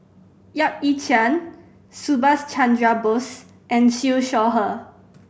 Yap Ee Chian Subhas Chandra Bose and Siew Shaw Her